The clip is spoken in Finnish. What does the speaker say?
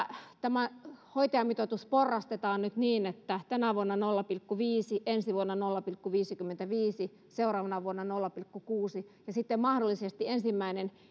tämä hoitajamitoitus porrastetaan nyt niin että tänä vuonna nolla pilkku viisi ensi vuonna nolla pilkku viisikymmentäviisi seuraavana vuonna nolla pilkku kuusi ja nolla pilkku seitsemän sitten mahdollisesti ensimmäinen